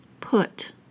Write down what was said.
put